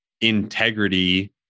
integrity